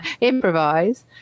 improvise